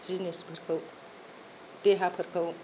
जिनिसफोरखौ देहाफोरखौ